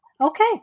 Okay